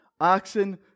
oxen